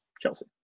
Chelsea